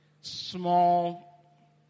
small